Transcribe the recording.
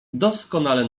doskonale